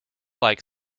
like